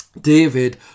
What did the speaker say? David